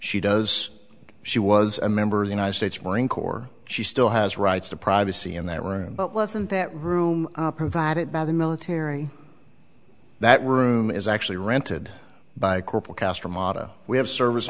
she does she was a member of the united states marine corps she still has rights to privacy in that room but wasn't that room provided by the military that room is actually rented by corporal castro mata we have service